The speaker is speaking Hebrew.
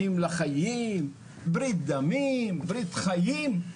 אחים לחיים, ברית דמים, ברית חיים.